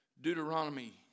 Deuteronomy